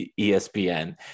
ESPN